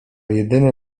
jedyny